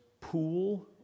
pool